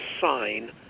sign